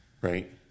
right